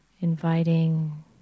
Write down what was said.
inviting